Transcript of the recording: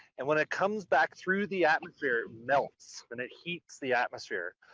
and when it comes back through the atmosphere, it melts and it heats the atmosphere.